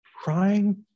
crying